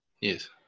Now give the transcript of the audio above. Yes